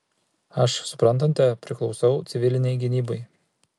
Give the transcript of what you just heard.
aš suprantate priklausau civilinei gynybai